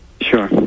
Sure